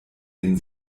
den